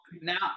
now